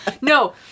no